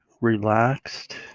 relaxed